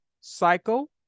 cycle